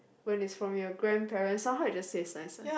when it's from your grandparents somehow it just taste nicer